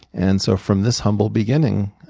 and so from this humble beginning,